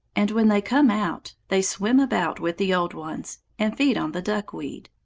and when they come out they swim about with the old ones, and feed on the duckweed.